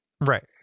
Right